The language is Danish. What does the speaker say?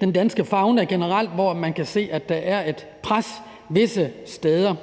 den danske fauna generelt, hvor man kan se, at der er et pres visse steder.